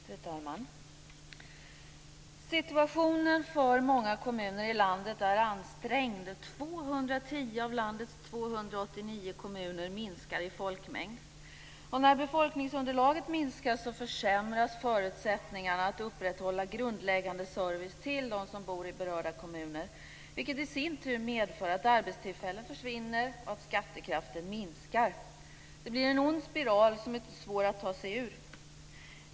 Fru talman! Situationen för många kommuner i landet är ansträngd. 210 av landets 289 kommuner minskar i folkmängd. När befolkningsunderlaget minskar försämras förutsättningarna att upprätthålla grundläggande service till dem som bor i berörda kommuner, vilket i sin tur medför att arbetstillfällen försvinner och att skattekraften minskar. Det blir en ond spiral som är svår att ta sig ur.